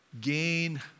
gain